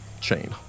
chain